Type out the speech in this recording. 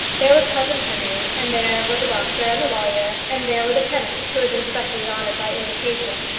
there was cousin henry, and there were the doctor and the lawyer, and there were the tenants who had been specially honoured by invitation,